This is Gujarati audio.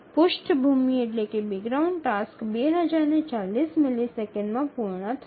પૃષ્ઠભૂમિ ટાસ્ક ૨0૪0 મિલિસેકંડમાં પૂર્ણ થશે